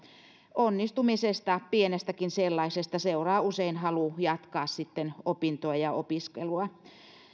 onnistumisesta pienestäkin sellaisesta seuraa usein halu jatkaa sitten opintoja ja opiskelua